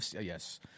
Yes